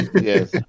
yes